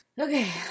Okay